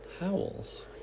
howls